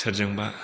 सोरजोंबा